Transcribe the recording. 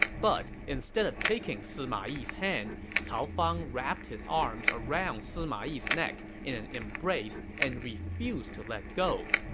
but instead of taking sima yi's hand, cao fang wrapped his arms around sima yi's neck in an embrace and refused to let go.